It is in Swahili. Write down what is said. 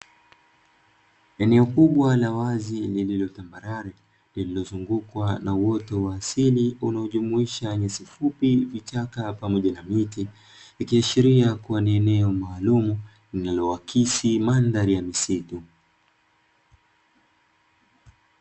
Eneo kubwa lililo la wazi lililo tambarare lililozungukwa na uwoto wa asili unaojumuisha nyasi fupi, vichaka pamoja na miti ikiashiria ni eneo maalumu linaloakisi mandhari ya misitu.